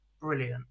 Brilliant